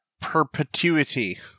perpetuity